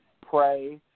Pray